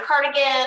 cardigan